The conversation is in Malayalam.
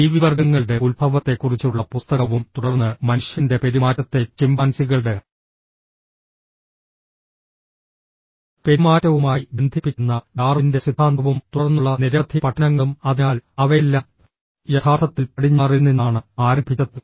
ജീവിവർഗങ്ങളുടെ ഉത്ഭവത്തെക്കുറിച്ചുള്ള പുസ്തകവും തുടർന്ന് മനുഷ്യന്റെ പെരുമാറ്റത്തെ ചിമ്പാൻസികളുടെ പെരുമാറ്റവുമായി ബന്ധിപ്പിക്കുന്ന ഡാർവിന്റെ സിദ്ധാന്തവും തുടർന്നുള്ള നിരവധി പഠനങ്ങളും അതിനാൽ അവയെല്ലാം യഥാർത്ഥത്തിൽ പടിഞ്ഞാറിൽ നിന്നാണ് ആരംഭിച്ചത്